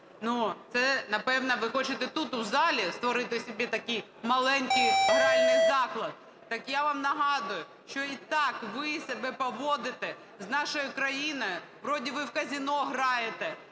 Ну, це, напевно, ви хочете тут у залі створити собі такий маленький гральний заклад. Так я вам нагадую, що і так ви себе поводите з нашою країною, вроді би в казино граєте,